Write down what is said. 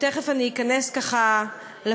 ותכף אני אכנס לפרטים.